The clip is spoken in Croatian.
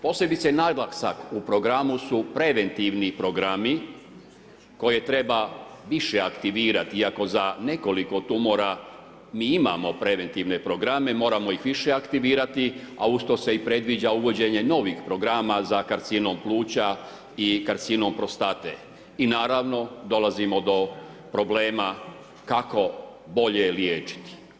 Posebice naglasak u programu su preventivni programi koje treba više aktivirati iako za nekoliko tumora mi imamo preventivne programe, moramo ih više aktivirati a uz to se predviđa i uvođenje novih programa za karcinom pluća i karcinom prostate i naravno dolazimo do problema kako bolje liječiti.